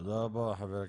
תודה רבה, חברת